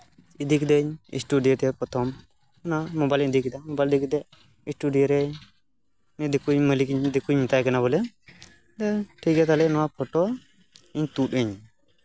ᱤᱫᱤ ᱠᱮᱫᱟᱹᱧ ᱥᱴᱩᱰᱤᱭᱳ ᱛᱮ ᱯᱨᱚᱛᱷᱚᱢ ᱚᱱᱟ ᱢᱳᱵᱟᱭᱤᱞ ᱤᱧ ᱤᱫᱤ ᱠᱮᱫᱟ ᱢᱳᱵᱟᱭᱤᱞ ᱤᱫᱤ ᱠᱟᱛᱮᱫ ᱥᱴᱩᱰᱤᱭᱳ ᱨᱮ ᱩᱱᱤ ᱫᱤᱠᱩ ᱢᱟᱹᱞᱤᱠᱤᱧ ᱫᱤᱠᱩᱧ ᱢᱮᱛᱟᱭ ᱠᱟᱱᱟ ᱵᱚᱞᱮ ᱴᱷᱤᱠ ᱜᱮᱭᱟ ᱛᱟᱦᱞᱮ ᱱᱚᱣᱟ ᱯᱷᱳᱴᱳ ᱤᱧ ᱛᱩᱫ ᱟᱹᱧ ᱢᱮ